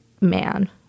man